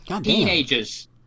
Teenagers